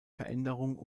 veränderung